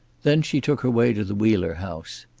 then she took her way to the wheeler house.